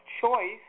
choice